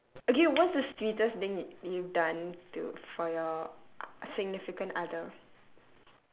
okay what's the sweetest thing you've done to for your significant other